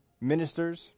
ministers